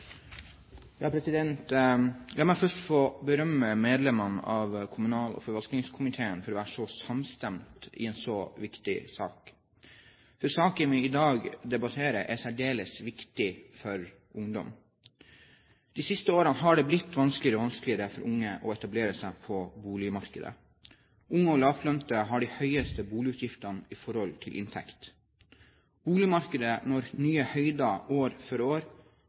i en så viktig sak. Saken vi i dag debatterer, er særdeles viktig for ungdom. De siste årene har det blitt vanskeligere og vanskeligere for unge å etablere seg på boligmarkedet. Unge og lavtlønte har de høyeste boligutgiftene i forhold til inntekt. Boligmarkedet når nye høyder år for år,